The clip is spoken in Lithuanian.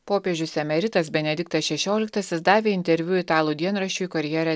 popiežius emeritas benediktas šešioliktasis davė interviu italų dienraščiui karjere